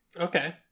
Okay